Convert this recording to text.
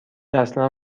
اصلا